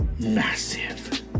Massive